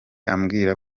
ambwira